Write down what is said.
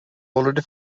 already